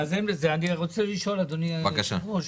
אדוני היושב-ראש,